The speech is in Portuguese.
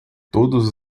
todos